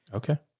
okay.